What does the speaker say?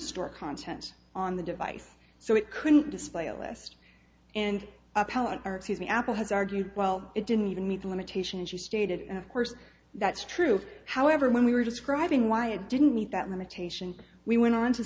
store content on the device so it couldn't display a list and the apple has argued well it didn't even meet the limitation as you stated and of course that's true however when we were describing why it didn't meet that limitation we went on to